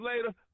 later